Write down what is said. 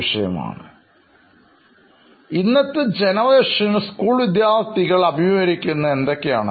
ആശയം ഇന്നത്തെ തലമുറയിൽ സ്കൂൾ വിദ്യാർഥികൾ അഭിമുഖീകരിക്കുന്നത് എന്തൊക്കെയാണ്